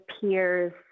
peers